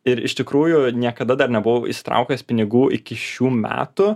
ir iš tikrųjų niekada dar nebuvau išsitraukęs pinigų iki šių metų